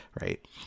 Right